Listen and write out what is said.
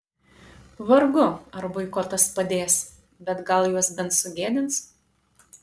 vargu ar boikotas padės bet gal juos bent sugėdins